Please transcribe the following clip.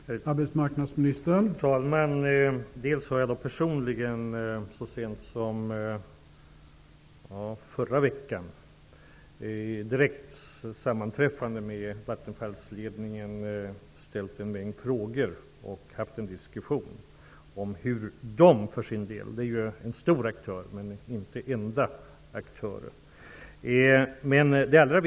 Herr talman! Så sent som förra veckan hade jag ett personligt sammanträffande med Vattenfalls ledning, då jag ställde en mängd frågor. Jag förde också en diskussion med Vattenfall -- det är ju en stor aktör, men inte den enda.